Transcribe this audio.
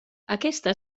aquesta